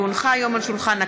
כי הונחה היום על שולחן הכנסת,